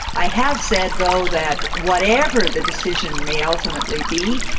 i have said, though, that whatever the decision may ultimately be,